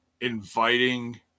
inviting